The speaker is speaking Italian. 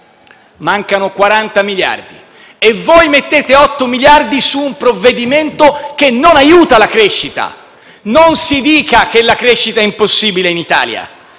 Mancano 40 miliardi e voi mettete 8 miliardi su un provvedimento che non aiuta la crescita. Non si dica che la crescita è impossibile in Italia,